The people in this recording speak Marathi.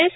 एस